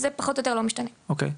אוקיי.